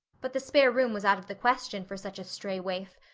but the spare room was out of the question for such a stray waif,